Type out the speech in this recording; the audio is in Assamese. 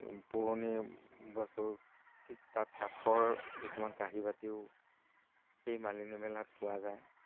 পুৰণি বস্তু ঠিক তাত কাঠৰ কিছুমান কাঁহী বাতিও সেই মালিনী মেলাত পোৱা যায়